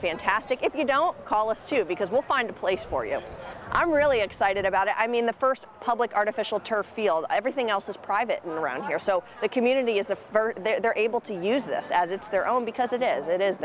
fantastic if you don't call us because we'll find a place for you i'm really excited about it i mean the first public artificial turf field everything else is private and around here so the community is the they're able to use this as its their own because it is it is